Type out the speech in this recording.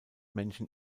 menschen